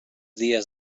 dies